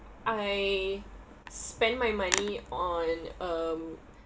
I spend my money on um